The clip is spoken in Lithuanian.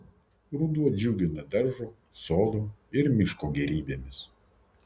ruduo džiugina daržo sodo ir miško gėrybėmis